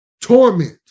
torment